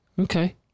Okay